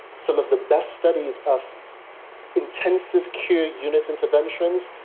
some of the best studies of intensive care unit interventions,